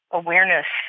awareness